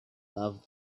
loved